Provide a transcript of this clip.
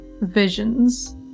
visions